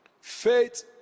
faith